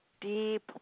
deep